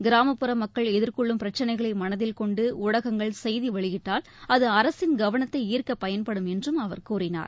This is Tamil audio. கிராமப்புற மக்கள் எதிர்கொள்ளும் பிரச்சினைகளை மனதில் கொண்டு ஊடகங்கள் செய்தி வெளியிட்டால் அது அரசின் கவனத்தை ஈர்க்க பயன்படும் என்றும் அவர் கூறினார்